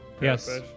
yes